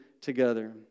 together